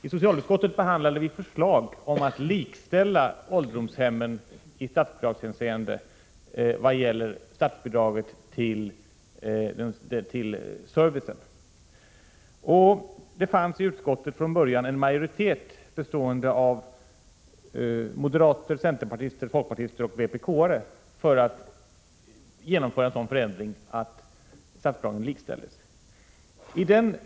I socialutskottet behandlade vi förslag om att likställa ålderdomshemmen vad gäller statsbidrag till service. Det fanns i utskottet från början en majoritet, bestående av moderater, centerpartister, folkpartister och vpk-are, för att genomföra en sådan förändring att statsbidragen likställdes.